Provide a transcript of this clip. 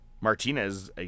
Martinez